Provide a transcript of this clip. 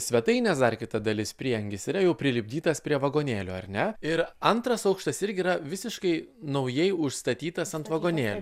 svetainės dar kita dalis prieangis yra jau prilipdytas prie vagonėlio ar ne ir antras aukštas irgi yra visiškai naujai užstatytas ant vagonėlio